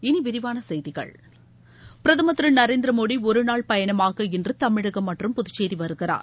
இறுதியில் பிரதம் திரு நரேந்திரமோடி ஒருநாள் பயணமாக இன்று தமிழகம் மற்றம் புதுச்சேரி வருகிறார்